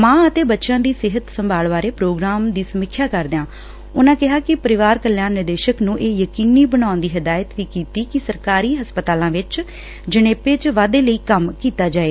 ਮਾ ਅਤੇ ਬੱਚਿਆਂ ਦੀ ਸਿਹਤ ਸੰਭਾਲ ਬਾਰੇ ਪ੍ਰੋਗਰਾਮ ਦੀ ਸਮੀਖਿਆ ਕਰਦਿਆਂ ਉਨਾਂ ਪਰਿਵਾਰ ਕਲਿਆਣ ਨਿਰਦੇਸ਼ਕ ਨੂੰ ਇਹ ਯਕੀਨੀ ਬਣਾਉਣ ਦੀ ਹਦਾਇਤ ਕੀਤੀ ਕਿ ਸਰਕਾਰੀ ਹਸਪਤਾਲਾਂ ਵਿਚ ਜਣੇਪੇ ਚ ਵਾਧੇ ਲਈ ਕੰਮ ਕੀਤਾ ਜਾਏ